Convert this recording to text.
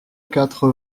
quatre